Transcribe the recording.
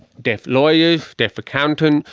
deaf lawyers, deaf accountants,